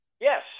Yes